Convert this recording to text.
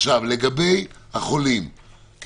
לגבי החולים,